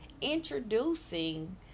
introducing